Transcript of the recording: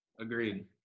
Agreed